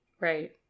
Right